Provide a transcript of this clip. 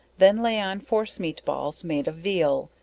then lay on forcemeat balls made of veal,